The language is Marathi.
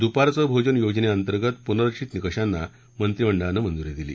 दुपारचं भोजन योजनेअंतर्गत पुनरंचित निकषांना मंत्रिमंडळानं मंजुरी दिली